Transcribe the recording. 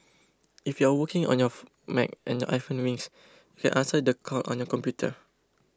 if you are working on your Mac and your iPhone rings you can answer the call on your computer